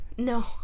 No